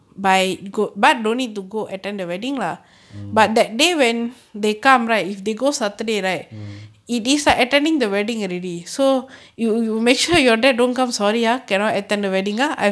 mm mm